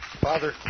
Father